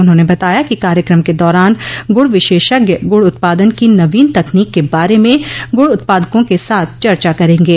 उन्होंने बताया कि कार्यक्रम के दौरान गुड़ विशेषज्ञ गुड़ उत्पादन की नवीन तकनीक के बारे में गुड़ उत्पादकों के साथ चर्चा करेंगे